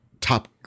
top